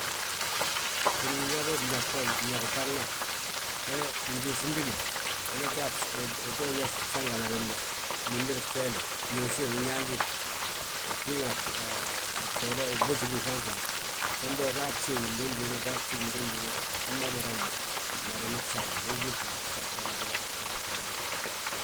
Wini binyaa mñege bo, mñege ŧagma, we ngiisim bima. Unan to, uto yaa bsangala bembe, blimbiri, ŧeele, byuusi uñangir, ujiiŋa gjoole, uɓéŧibi fafaŋ. Wembe, ugaa bsiigi bduduulu, ugaa bsiigi nduduulu. Hamma, umada madani bsaagi ma. Ungiibi gatibagatiba, ugaadi broblem.